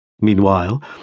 Meanwhile